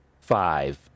Five